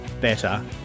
better